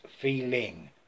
feeling